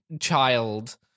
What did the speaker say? child